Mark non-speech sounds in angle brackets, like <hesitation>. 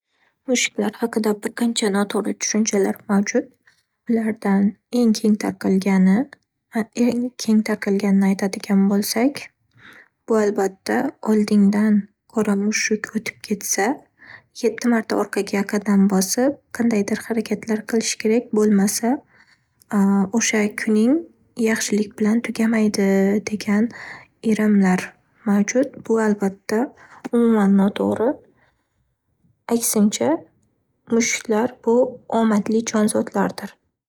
Mushuklar haqida bir qancha noto'g'ri tushunchalar mavjud. Ulardan eng keng tarqalgani- eng keng tarqalganini aytadigan bo'lsak, bu albatta oldingdan qora mushuk o'tib ketsa, yetti marta orqaga qadam bosib, qandaydir harakatlar qilish kerak bo'lmasa <hesitation> o'sha kuning yaxshilik bilan tugamaydi degan irimlar mavjud. Bu albatta umuman noto'g'ri, aksincha, mushuklar bu omadli jonzotlardir.